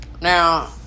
Now